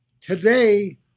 Today